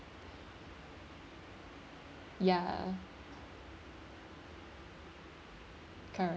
ya correct